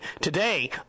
Today